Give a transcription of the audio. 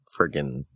friggin